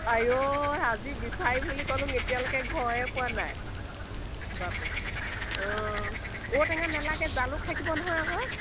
আঐ আজি বিচাৰিম বুলি ক'লোঁ এতিয়ালৈকে ঘৰে পোৱা নাই বাপে অঁ ঔ টেঙা নালাগে জালুক থাকিব নহয় আকৌ